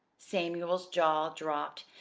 samuel's jaw dropped.